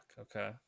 Okay